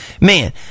man